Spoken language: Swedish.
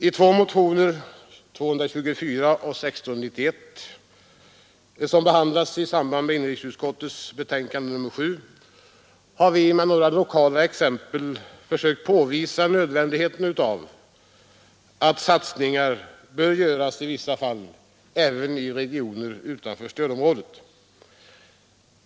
I motionerna 224 och 1691, som behandlas i inrikesutskottets betänkande nr 7, har vi med några lokala exempel försökt påvisa nödvändigheten av att satsningar i vissa fall görs även i regioner utanför stödområdet.